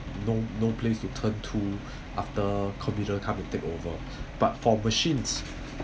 no no place to turn to after computer come and take over but for machines